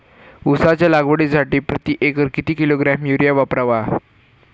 उसाच्या लागवडीसाठी प्रति एकर किती किलोग्रॅम युरिया वापरावा?